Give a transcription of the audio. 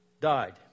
died